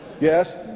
Yes